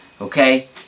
okay